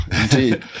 indeed